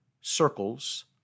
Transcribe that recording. circles